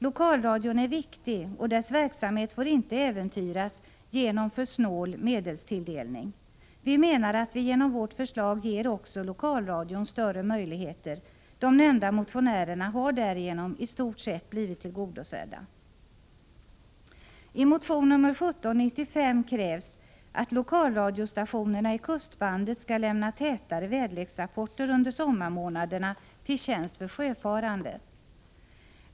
Lokalradion är viktig, och dess verksamhet får inte äventyras genom för snål medelstilldelning. Vi menar att vi genom vårt förslag ger också lokalradion större möjligheter. De nämnda motionerna har därigenom i stort sett blivit tillgodosedda. I motion nr 1795 krävs att lokalradiostationerna i kustbandet skall lämna tätare väderleksrapporter under sommarmånaderna, till tjänst för sjöfarande.